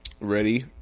ready